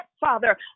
Father